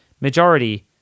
majority